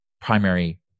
primary